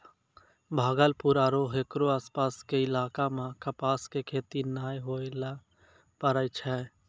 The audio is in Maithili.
भागलपुर आरो हेकरो आसपास के इलाका मॅ कपास के खेती नाय होय ल पारै छै